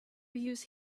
use